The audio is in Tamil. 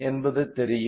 என்பது தெரியும்